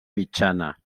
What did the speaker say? mitjana